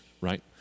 right